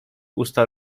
usta